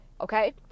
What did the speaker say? okay